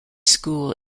school